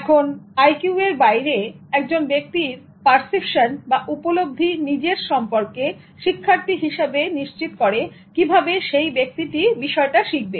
এখন আইকিউ এর বাইরে একজন ব্যক্তির পারসেপশন বা উপলব্ধি নিজের সম্পর্কে শিক্ষার্থী হিসাবে নিশ্চিত করে কিভাবে সেই ব্যক্তিটি বিষয়টা শিখবে